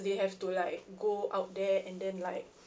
they have to like go out there and then like